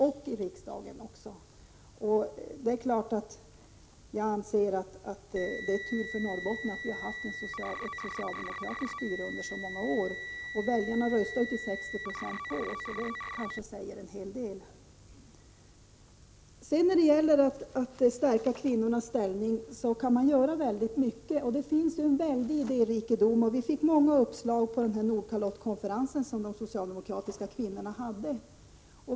Jag anser självfallet att det är tur för Norrbotten att vi har haft ett socialdemokratiskt styre under så många år. Väljarna röstar till 60 26 på oss, vilket kanske säger en hel del. För att stärka kvinnornas ställning kan man göra väldigt mycket. Det finns en stor idérikedom. Vi fick många uppslag på den Nordkalottkonferens som de socialdemokratiska kvinnorna hade.